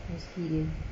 experience